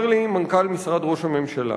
אומר לי מנכ"ל משרד ראש הממשלה,